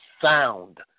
sound